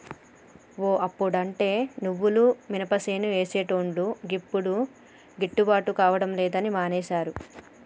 ఓ అప్పుడంటే నువ్వులు మినపసేలు వేసేటోళ్లు యిప్పుడు గిట్టుబాటు కాడం లేదని మానేశారు